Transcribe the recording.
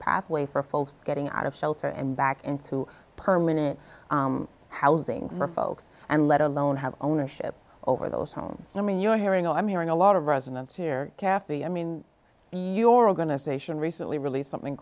pathway for folks getting out of shelter and back into permanent housing for folks and let alone have ownership over those homes and i mean you're hearing i'm hearing a lot of resonance here caffie i mean your organization recently released something